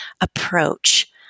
approach